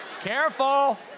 careful